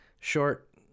short